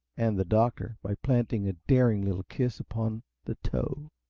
and the doctor, by planting a daring little kiss upon the toe.